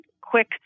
quick